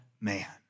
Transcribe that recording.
man